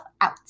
out